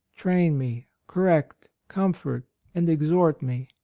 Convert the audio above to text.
train me, correct, comfort and exhort me.